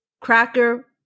cracker